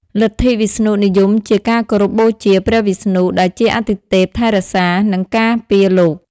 លទ្ធិវិស្ណុនិយមជាការគោរពបូជាព្រះវិស្ណុ ដែលជាអាទិទេពថែរក្សា និងការពារលោក។